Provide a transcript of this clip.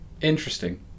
Interesting